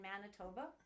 Manitoba